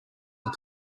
are